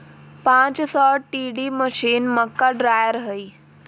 पांच सौ TD machine, मक्का ड्रायर हइ